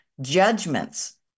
judgments